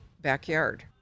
backyard